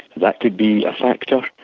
that could be a factor.